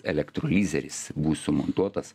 elektrolizeris bus sumontuotas